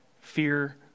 fear